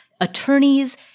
Attorneys